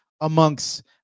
amongst